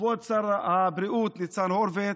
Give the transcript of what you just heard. כבוד שר הבריאות ניצן הורוביץ,